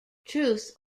truth